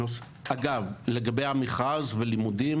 אגב, לגבי המכרז ולימודים